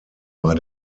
war